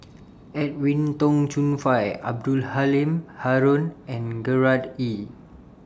Edwin Tong Chun Fai Abdul Halim Haron and Gerard Ee